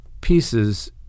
pieces